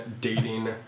dating